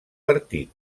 partit